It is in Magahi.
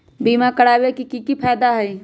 बीमा करबाबे के कि कि फायदा हई?